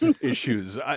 issues